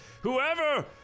whoever